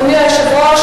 אדוני היושב-ראש,